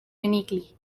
uniquely